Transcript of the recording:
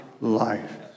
life